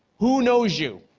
who knows you?